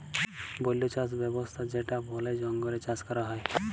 বল্য চাস ব্যবস্থা যেটা বলে জঙ্গলে চাষ ক্যরা হ্যয়